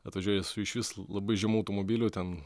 atvažiuoja su išvis labai žemu automobiliu ten